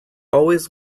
always